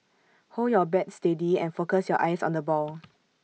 hold your bat steady and focus your eyes on the ball